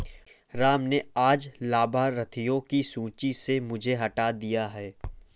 राम ने आज लाभार्थियों की सूची से मुझे हटा दिया है